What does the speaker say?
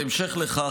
בהמשך לכך,